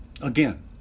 Again